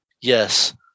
yes